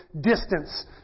distance